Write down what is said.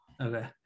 Okay